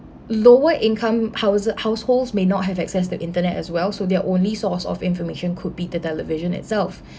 lower-income houses households may not have access the internet as well so their only source of information could be the television itself